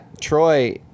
Troy